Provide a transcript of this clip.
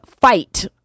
fight